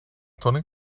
tonic